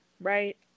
right